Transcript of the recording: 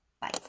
bye